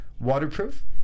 waterproof